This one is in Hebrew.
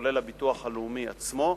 כולל הביטוח הלאומי עצמו,